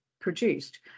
produced